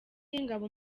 y’ingabo